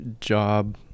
job